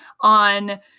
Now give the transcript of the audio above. on